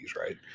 right